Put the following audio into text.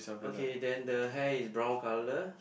okay then the hair is brown colour